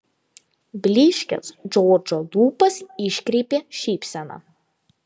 blyškias džordžo lūpas iškreipė šypsena